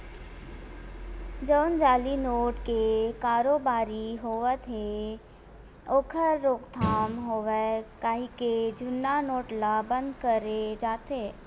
जउन जाली नोट के कारोबारी होवत हे ओखर रोकथाम होवय कहिके जुन्ना नोट ल बंद करे जाथे